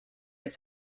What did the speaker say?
its